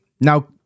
Now